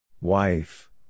wife